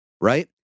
right